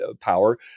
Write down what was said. power